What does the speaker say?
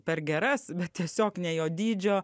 per geras bet tiesiog ne jo dydžio